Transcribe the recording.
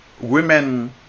women